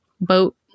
boat